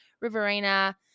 Riverina